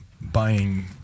buying